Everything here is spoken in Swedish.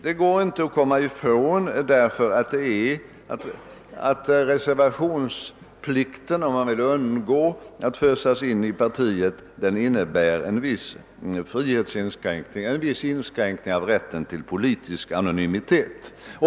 Det går inte att komma ifrån att reservationsplikten för den som vill undgå att fösas in i partiet innebär en viss frihetsinskränkning, en viss inskränkning i rätten till politisk anonymitet.